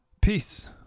peace